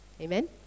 Amen